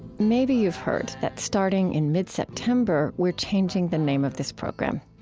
maybe you've heard that starting in mid-september, we're changing the name of this program.